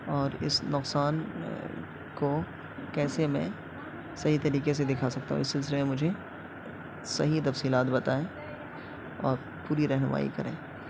اور اس نقصان کو کیسے میں صحیح طریقے سے دکھا سکتا ہوں اس سلسلے میں مجھے صحیح تفصیلات بتائیں اور پوری رہنمائی کریں